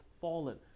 fallen